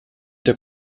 der